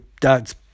dad's